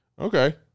okay